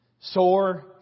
Sore